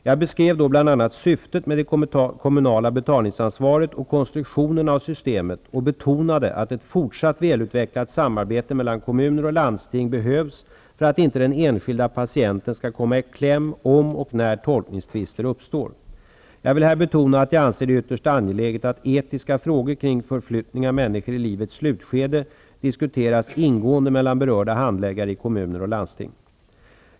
Jag beskrev då bl.a. syftet med det kommunala betalningsansvaret och konstruktionen av systemet och betonade att ett fortsatt välutvecklat samarbete mellan kommuner och landsting behövs för att inte den enskilda patienten skall komma i kläm om och när tolkningstvister uppstår. Jag vill här betona att jag anser det ytterst angeläget att etiska frågor kring förflyttning av människor i livets slutskede ingående diskuteras mellan berörda handläggare i kommuner och landsting.